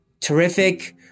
Terrific